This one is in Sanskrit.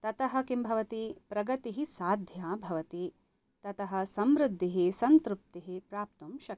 ततः किं भवति प्रगतिः साध्या भवति ततः समृद्धिः सन्तृप्तिः प्राप्तुं शक्या